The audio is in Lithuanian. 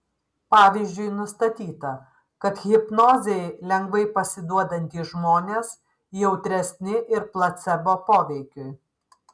pavyzdžiui nustatyta kad hipnozei lengvai pasiduodantys žmonės jautresni ir placebo poveikiui